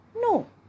No